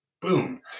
boom